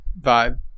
vibe